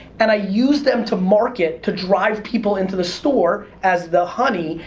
and i used them to market, to drive people into the store as the honey,